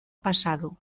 pasado